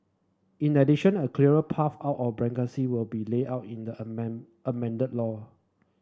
in addition a clearer path out of bankruptcy will be laid out in the amended law